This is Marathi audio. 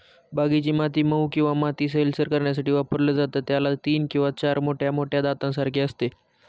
बागेची माती मऊ किंवा माती सैलसर करण्यासाठी वापरलं जातं, याला तीन किंवा चार मोठ्या मोठ्या दातांसारखे असते